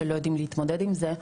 שלא יודעים להתמודד עם זה,